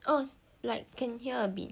oh like can hear a bit